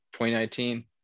2019